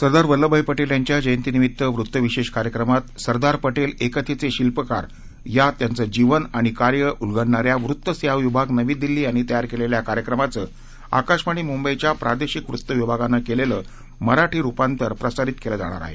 सरदार वल्लभभाई पटेल यांच्या जयंतीनिमित्त वृत्तविशेष कार्यक्रमात सरदार पटेल एकतेचे शिल्पकार या त्यांचं जीवन आणि कार्य उलगडणाऱ्या वृत्त सेवा विभाग नवी दिल्ली यांनी तयार केलेल्या कार्यक्रमाचं आकाशवाणी मुंबईच्या प्रादेशिक वृत्त विभागानं केलेलं मराठी रूपांतर प्रसारित केलं जाणार आहे